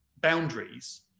boundaries